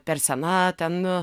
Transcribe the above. per sena ten